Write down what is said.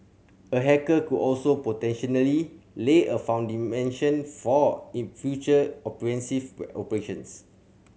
a hacker could also potentially lay a for in future offensive operations